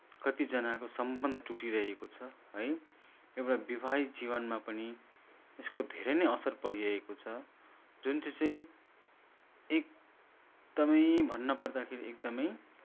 कतिजनाको सम्बन्ध टुटिरहेको छ है एउटा विवाहित जीवनमा पनि यसको धेरै नै असर परिरहेको छ जुन चाहिँ चाहिँ एकदमै भन्न पर्दाखेरि एकदमै